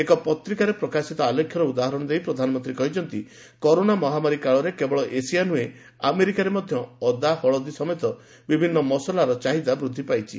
ଏକ ପତ୍ରିକାରେ ପ୍ରକାଶିତ ଆଲେଖ୍ୟର ଉଦାହରଣ ଦେଇ ପ୍ରଧାନମନ୍ତ୍ରୀ କହିଛନ୍ତି କରୋନା ମହାମାରୀ କାଳରେ କେବଳ ଏସିଆ ନୁହେଁ ଆମେରିକାରେ ମଧ୍ୟ ଅଦା ହଳଦୀ ସମେତ ବିଭିନ୍ନ ମସଲାର ଚାହିଦା ବୃଦ୍ଧି ପାଇଛି